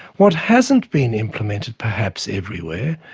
what hasn't been implemented perhaps everywhere,